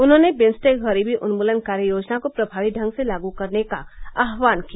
उन्होंने बिम्सटेक गरीबी उन्मूलन कार्य योजना को प्रभावी ढंग से लागू करने का आह्वान किया